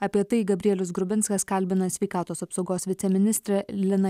apie tai gabrielius grubinskas kalbina sveikatos apsaugos viceministrę liną